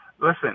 Listen